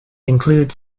includes